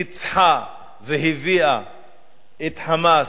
ניצחה והביאה את "חמאס"